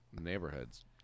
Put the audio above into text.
Neighborhood's